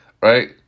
Right